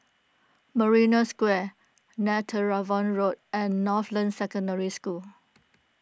Marina Square Netheravon Road and Northland Secondary School